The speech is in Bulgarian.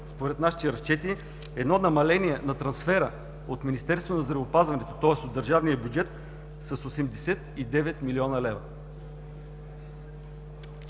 според нашите разчети намаление на трансфера от Министерството на здравеопазването, тоест от държавния бюджет с 89 млн. лв.